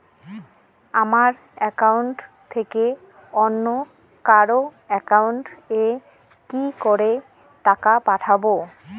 আমার একাউন্ট থেকে অন্য কারো একাউন্ট এ কি করে টাকা পাঠাবো?